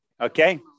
okay